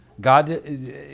God